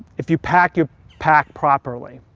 if you pack your pack properly.